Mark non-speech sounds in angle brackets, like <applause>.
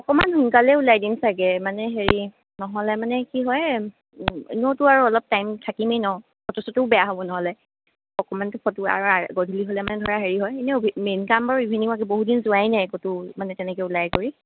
অকমান সোনকালে ওলাই দিম চাগে মানে হেৰি নহ'লে মানে কি হয় এনেওটো আৰু অলপ টাইম থাকিমেই ন ফটো চটোও বেয়া হ'ব নহ'লে অকমানটো ফটো আৰ <unintelligible> গধুলি হ'লে মানে ধৰা হেৰি হয় এনে মেইন কাম বাৰু ইভিনিঙতে ৱাক বহু দিন যোৱাই নাই বাৰু ক'তো মানে তেনেকে ওলাই কৰি